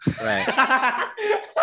Right